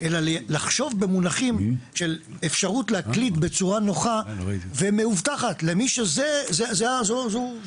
אלא לחשוב במונחים של אפשרות להקליד בצורה נוחה ומאובטחת למי שזה רצונו,